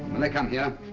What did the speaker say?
when they come here